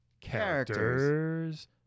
Characters